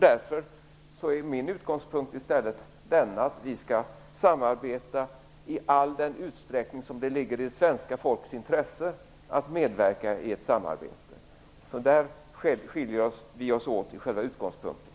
Därför är min utgångspunkt i stället att vi skall samarbeta i all den utsträckning som det ligger i det svenska folkets intresse att medverka i ett samarbete. Där skiljer vi oss åt i själva utgångspunkten.